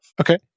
Okay